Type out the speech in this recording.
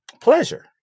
pleasure